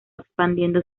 expandiendo